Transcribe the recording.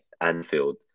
Anfield